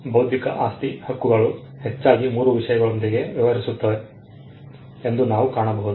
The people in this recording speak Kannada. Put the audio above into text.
ಬೌದ್ಧಿಕ ಆಸ್ತಿ ಹಕ್ಕುಗಳು ಹೆಚ್ಚಾಗಿ 3 ವಿಷಯಗಳೊಂದಿಗೆ ವ್ಯವಹರಿಸುತ್ತವೆ ಎಂದು ನೀವು ಕಾಣಬಹುದು